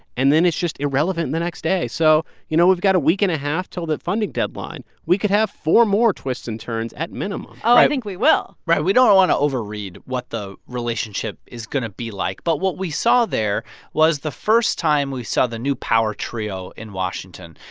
and then it's just irrelevant the next day. so you know, we've got a week-and-a-half till the funding deadline. we could have four more twists and turns at minimum oh, i think we will right. we don't want to overread what the relationship is going to be like. but what we saw there was the first time we saw the new power trio in washington,